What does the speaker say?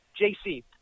JC